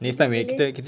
boleh boleh